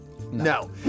No